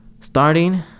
starting